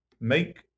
make